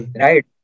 right